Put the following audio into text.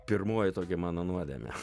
pirmoji tokia mano nuodėmė